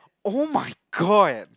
oh-my-god